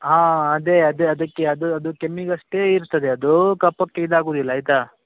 ಹಾಂ ಅದೇ ಅದೇ ಅದಕ್ಕೆ ಅದು ಅದು ಕೆಮ್ಮಿಗೆ ಅಷ್ಟೇ ಇರ್ತದೆ ಅದು ಕಫಕ್ಕೆ ಇದು ಆಗೋದಿಲ್ಲ ಆಯ್ತಾ